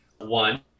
One